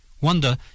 Wonder